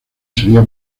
sería